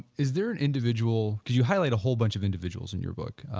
is there an individual, you highlight a whole bunch of individuals in your book,